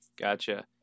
Gotcha